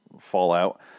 Fallout